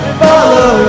follow